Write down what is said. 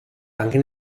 anche